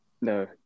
no